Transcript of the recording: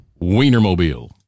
Wienermobile